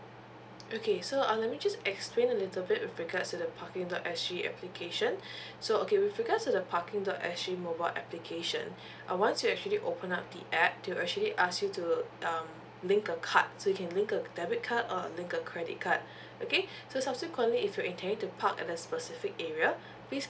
okay so uh let me explain a little bit with regards to the parking dot S G application so okay with regards to the parking dot S G mobile application uh once you actually open up the app they will actually ask you to um link a card so you can link a debit card or link a credit card okay so subsequently if you're intending to park at the specific area please